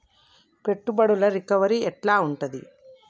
పెట్టుబడుల రికవరీ ఎట్ల ఉంటది?